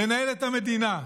לנהל את המדינה.